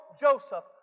Joseph